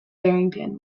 barrington